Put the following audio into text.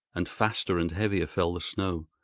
and faster and heavier fell the snow,